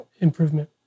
improvement